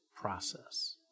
process